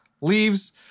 Leaves